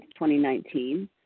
2019